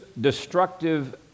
destructive